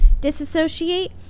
disassociate